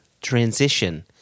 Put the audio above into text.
transition